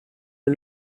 nel